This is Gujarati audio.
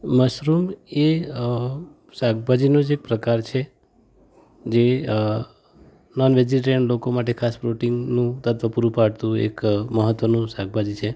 મશરૂમ એ શાકભાજીનો જ એક પ્રકાર છે જે અ નૉન વૅજિટેરિયન લોકો માટે એક પ્રોટિનનું તત્ત્વ પૂરું પાડતું એક મહત્ત્વનું શાકભાજી છે